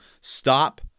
stop